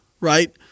Right